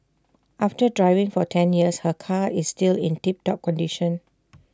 after driving for ten years her car is still in tip top condition